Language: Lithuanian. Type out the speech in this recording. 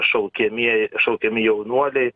šaukiamieji šaukiami jaunuoliai